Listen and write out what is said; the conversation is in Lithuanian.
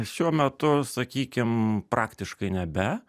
šiuo metu sakykim praktiškai nebe